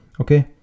Okay